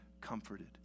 comforted